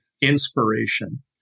inspiration